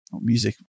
music